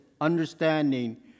understanding